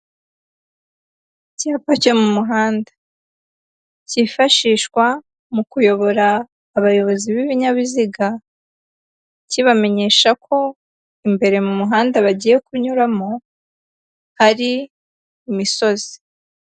Icyapa cyo mu muhanda. Cyifashishwa mu kuyobora abayobozi b'ibinyabiziga, kibamenyesha ko imbere mu muhanda bagiye kunyuramo, hari imisozi.